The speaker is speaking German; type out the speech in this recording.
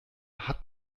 hat